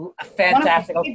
Fantastic